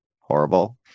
horrible